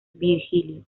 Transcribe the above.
virgilio